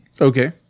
Okay